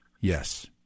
Yes